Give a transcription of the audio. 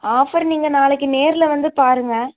offer நீங்கள் நாளைக்கு நேரில் வந்து பாருங்கள்